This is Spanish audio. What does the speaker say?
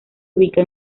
ubica